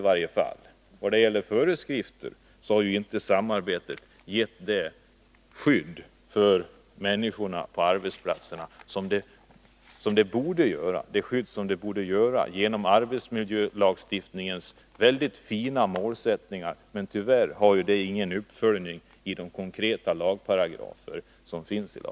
När det gäller föreskrifterna har samarbetet hittills inte gett människorna på arbetsplatserna det skydd som dessa borde få. Arbetsmiljölagstiftningens fina målsättningar har ju tyvärr inte följts upp i de konkreta lagparagraferna.